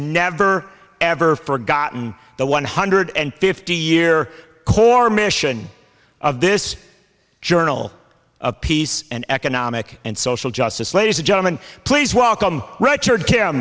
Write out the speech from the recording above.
never ever forgotten the one hundred and fifty year core mission of this journal of peace and economic and social justice ladies and gentlemen please welcome richard t